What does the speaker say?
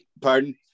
Pardon